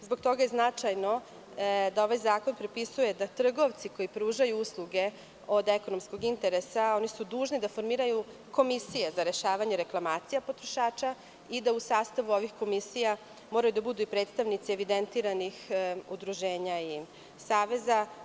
Zbog toga je značajno da ovaj zakon propisuje da trgovci koji pružaju usluge od ekonomskog interesa, oni su dužni da formiraju komisije za rešavanje reklamacija potrošača i da u sastavu ovih komisija moraju da budu i predstavnici evidentiranih udruženja i saveza.